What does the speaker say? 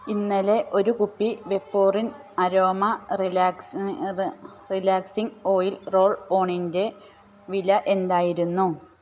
ഇന്നലെ ഒരു കുപ്പി Vaporin aroma relaxing oil roll ഓണിൻ്റെ വില എന്തായിരുന്നു